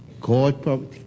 God